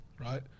Right